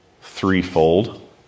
threefold